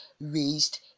raised